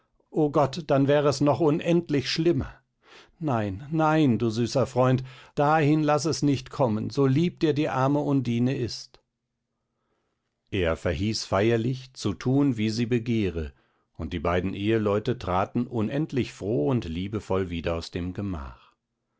o gott dann wär es noch unendlich schlimmer nein nein du süßer freund dahin laß es nicht kommen so lieb dir die arme undine ist er verhieß feierlich zu tun wie sie begehre und die beiden eheleute traten unendlich froh und liebevoll wieder aus dem gemach